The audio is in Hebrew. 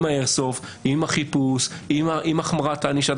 עם האיירסופט, עם החיפוש, עם החמרת הענישה.